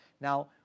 Now